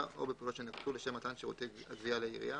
או בפעולות שנקטו לשם מתן שירותי הגבייה לעירייה.